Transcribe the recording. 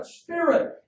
spirit